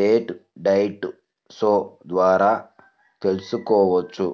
debt diet show ద్వారా తెల్సుకోవచ్చు